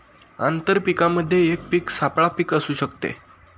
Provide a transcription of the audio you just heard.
आंतर पीकामध्ये एक पीक सापळा पीक असू शकते